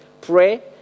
pray